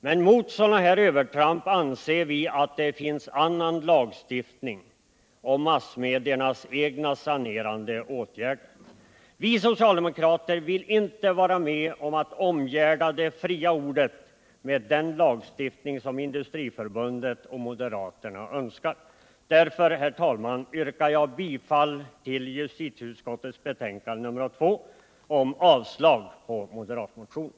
Men vi anser att sådana övertramp kan beivras via annan lagstiftning och massmediernas egna sanerande åtgärder. Vi socialdemokrater vill inte vara med om att omgärda det fria ordet med den lagstiftning som Industriförbundet och moderaterna önskar. Därför, herr talman, yrkar jag bifall till yrkandet i justitieutskottets betänkande nr 2 om avslag på moderatmotionen.